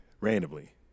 randomly